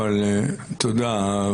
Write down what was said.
תודה.